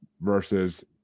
versus